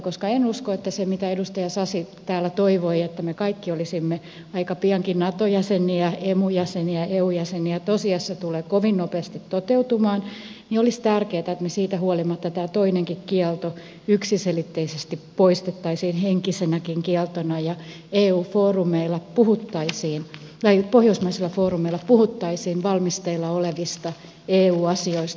koska en usko että se mitä edustaja sasi täällä toivoi että me kaikki olisimme aika piankin nato jäseniä emu jäseniä eu jäseniä tosiasiassa tulee kovin nopeasti toteutumaan niin toivoisin ja olisi tärkeätä että me siitä huolimatta tämän toisenkin kiellon yksiselitteisesti poistaisimme henkisenäkin kieltona ja pohjoismaisilla foorumeilla puhuttaisiin valmisteilla olevista eu asioista